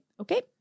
okay